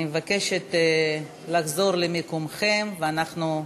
אני מבקשת מכם לחזור למקומותיכם, ואנחנו נצביע.